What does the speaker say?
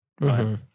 right